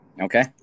Okay